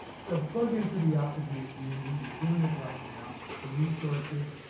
so plug into the optavia community. you're doing it right now, the resources,